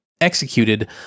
executed